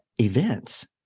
events